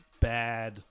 bad